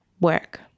Work